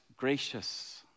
Gracious